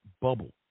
bubble